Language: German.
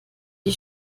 die